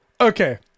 Okay